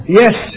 yes